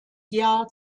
jahr